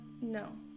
No